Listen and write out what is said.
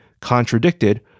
contradicted